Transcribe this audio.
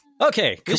Okay